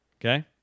Okay